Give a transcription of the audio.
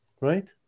right